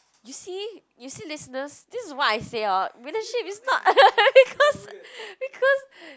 you see you see listeners this is what I say hor relationship is not because because